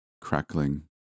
crackling